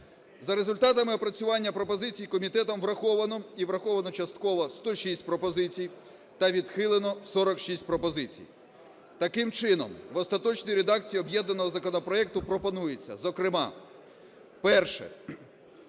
За результатами опрацювання пропозицій комітетом враховано і враховано частково 106 пропозицій та відхилено 46 пропозицій. Таким чином, в остаточній редакції об'єднаного законопроекту пропонується, зокрема: Перше.